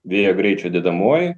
vėjo greičio dedamoji